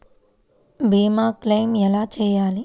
భీమ క్లెయిం ఎలా చేయాలి?